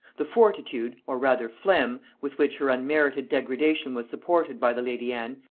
the fortitude, or rather phlegm, with which her unmerited degradation was supported by the lady anne,